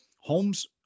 Homes